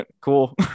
cool